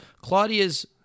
Claudia's